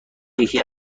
یکی